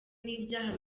n’ibyaha